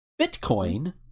bitcoin